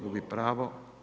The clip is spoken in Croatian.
Gubi pravo.